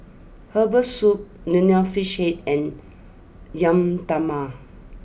Herbal Soup Nonya Fish Head and Yam